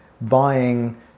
buying